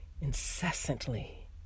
incessantly